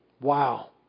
Wow